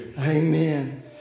Amen